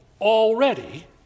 already